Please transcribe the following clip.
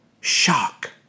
shock